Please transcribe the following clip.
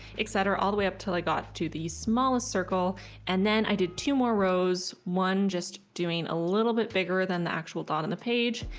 etc all the way up until i got to the smallest circle and then i did two more rows one just doing a little bit bigger than the actual dot on the page.